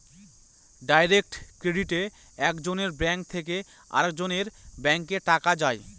direct ক্রেডিটে এক জনের ব্যাঙ্ক থেকে আরেকজনের ব্যাঙ্কে টাকা যায়